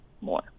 more